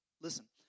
Listen